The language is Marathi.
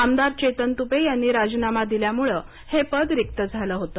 आमदार चेतन तुपे यांनी राजीनामा दिल्यामुळे हे पद रिक्त झालं होतं